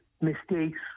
mistakes